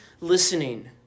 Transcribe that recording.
listening